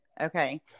Okay